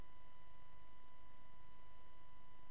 אנחנו